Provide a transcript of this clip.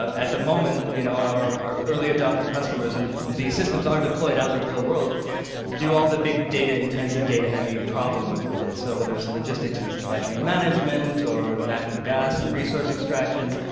at the moment, you know our early-adopter customers and these systems are deployed out in the real world do all the big data intensive, data heavy problems with it. so, whether it's logistics and supply chain management or natural gas and resource extraction,